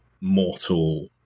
mortal